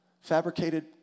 Fabricated